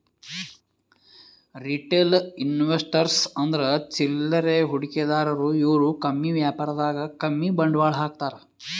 retail investors ಅಂದ್ರ ಚಿಲ್ಲರೆ ಹೂಡಿಕೆದಾರು ಇವ್ರು ಕಮ್ಮಿ ವ್ಯಾಪಾರದಾಗ್ ಕಮ್ಮಿ ಬಂಡವಾಳ್ ಹಾಕ್ತಾರ್